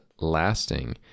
lasting